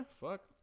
fuck